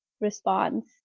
response